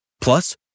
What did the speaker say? Plus